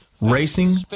racing